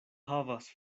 havas